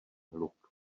hluk